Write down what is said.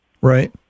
right